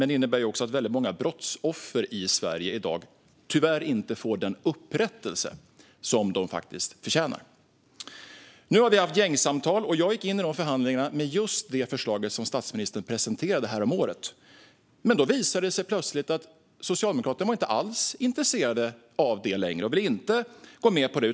Tyvärr innebär den också att väldigt många brottsoffer i Sverige i dag inte får den upprättelse som de faktiskt förtjänar. Nu har vi haft gängsamtal. Jag gick in i de förhandlingarna med just det förslag som statsministern presenterade häromåret. Men då visade det sig plötsligt att Socialdemokraterna inte alls var intresserade av det längre och inte ville gå med på det.